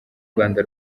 rwanda